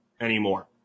anymore